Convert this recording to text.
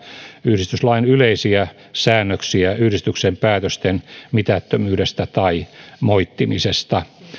yhdistyslain yleisiä säännöksiä yhdistyksen päätöksen mitättömyydestä tai moittimisesta